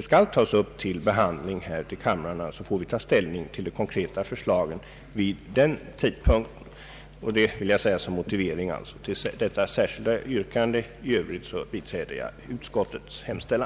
skall tas upp till behandling, tar ställning till de konkreta förslagen vid den tidpunkten. Detta ville jag säga som moiivering till vårt särskilda yttrande i utlåtandet. I övrigt biträder jag utskottets hemställan.